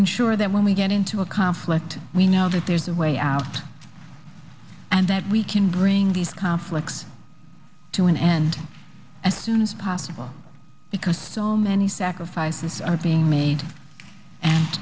ensure that when we get into a conflict we know that there's a way out and that we can bring these conflicts to an end as soon as possible because so many sacrifices are being made and